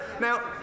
Now